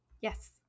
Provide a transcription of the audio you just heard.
Yes